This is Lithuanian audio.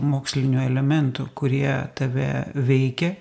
mokslinių elementų kurie tave veikia